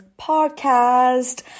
podcast